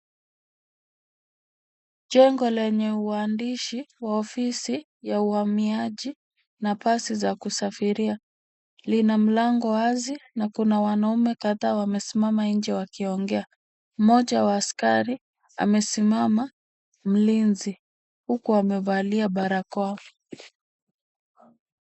Jengo lenye uandishi wa ofisi ya uhamiaji na pasi za kusafiria. Lina mlango wazi na kuna wanaume kadhaa wamesimama nje wakiongea. Mmoja wa askari amesimama mlinzi huku amevalia barakoa.